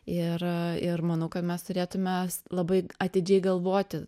ir ir manau kad mes turėtume s labai atidžiai galvoti